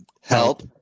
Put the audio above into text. Help